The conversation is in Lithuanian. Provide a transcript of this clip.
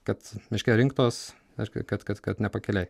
kad miške rinktos reiškia kad kad kad ne pakelėj